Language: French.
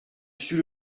suis